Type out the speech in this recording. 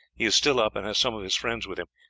he is still up, and has some of his friends with him.